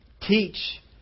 teach